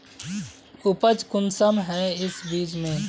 उपज कुंसम है इस बीज में?